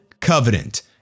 covenant